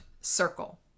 circle